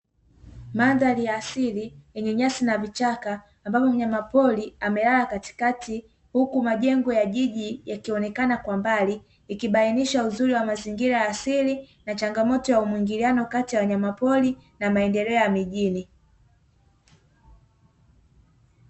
Mandhari ya asili yenye nyasi na vichaka ambapo mnyama pori amelala katikati huku majengo ya jiji yakionekana kwa mbali, ikibainisha uzuri wa mazingira ya asili na changamoto ya muingiliano katika ya wanyama pori, na maendeleo ya mijini.